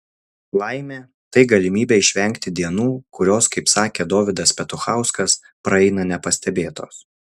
laimė tai galimybė išvengti dienų kurios kaip sakė dovydas petuchauskas praeina nepastebėtos